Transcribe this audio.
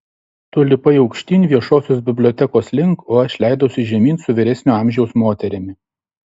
tu lipai aukštyn viešosios bibliotekos link o aš leidausi žemyn su vyresnio amžiaus moterimi